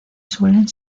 suelen